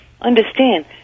Understand